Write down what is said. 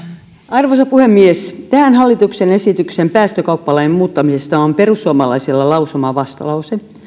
arvoisa puhemies tähän hallituksen esitykseen päästökauppalain muuttamisesta on perussuomalaisilla lausumavastalause